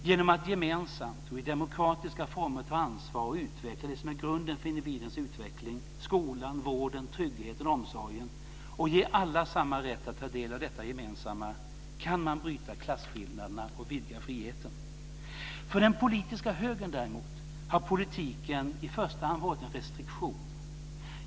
Genom att gemensamt och i demokratiska former ta ansvar och utveckla det som är grunden för individens utveckling, skolan, vården, tryggheten, omsorgen, och ge alla samma rätt att ta del av detta gemensamma, kan man bryta klasskillnaderna och vidga friheten. För den politiska högern har politiken i första hand varit en restriktion.